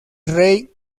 rey